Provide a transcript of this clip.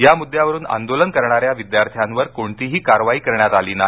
या मुद्द्यावरून आंदोलन करणाऱ्या विद्यार्थ्यांवर कोणतीही कारवाई करण्यात आली नाही